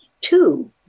Two